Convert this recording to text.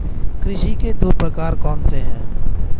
कृषि के दो प्रकार कौन से हैं?